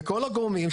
ולכל הגורמים,